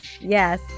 Yes